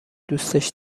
دوستش